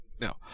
No